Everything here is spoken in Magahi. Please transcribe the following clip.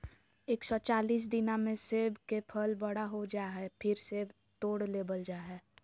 एक सौ चालीस दिना मे सेब के फल बड़ा हो जा हय, फेर सेब तोड़ लेबल जा हय